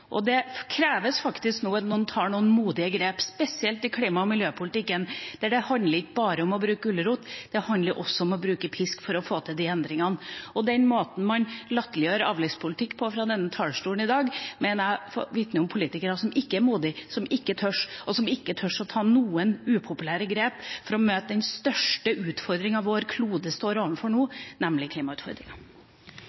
og det kreves faktisk nå at noen tar noen modige grep, spesielt i klima- og miljøpolitikken der det ikke bare handler om å bruke gulrot, men også om å bruke pisk for å få til de endringene. Og den måten man latterliggjør avgiftspolitikk på fra denne talerstolen i dag, mener jeg vitner om politikere som ikke er modige, og som ikke tør å ta noen upopulære grep for å møte den største utfordringa vår klode står overfor nå, nemlig klimautfordringene.